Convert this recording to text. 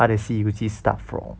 他的西游记是 start from